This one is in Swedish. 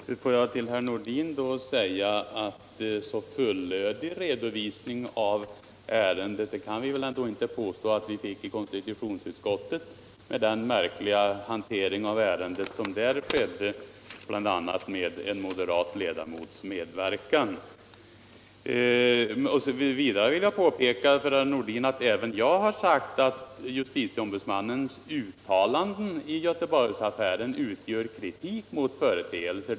Herr talman! Låt mig till herr Nordin säga att vi vil ändå inte kan påstå att vi fick någon särskilt fullödig redovisning av ärendet i konstitutionsutskottet, med det märkliga sätt på vilket ärendet där hanterades, bl.a. med en moderat ledamots medverkan. Vidare vill jag påpeka för herr Nordin att även jag har sagt att justitieombudsmannens uttalanden i Göteborgsaffären utgör kritik mot en del företeelser.